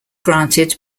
granted